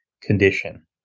condition